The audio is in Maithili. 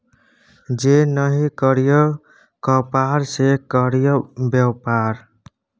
जे नहि करय कपाड़ से करय बेपार